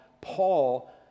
Paul